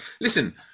Listen